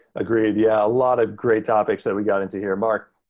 agreed, yeah. a lot of great topics that we got into here. mark,